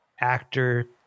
actor